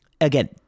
again